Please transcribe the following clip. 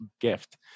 gift